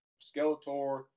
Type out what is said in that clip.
Skeletor